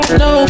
no